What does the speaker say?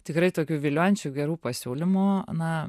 tikrai tokių viliojančių gerų pasiūlymų na